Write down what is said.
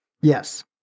Yes